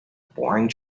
boring